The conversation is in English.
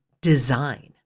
design